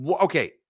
okay